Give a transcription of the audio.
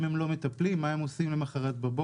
אם הם לא מטפלים, מה הם עושים למוחרת בבוקר?